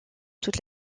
toute